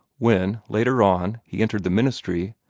when, later on, he entered the ministry,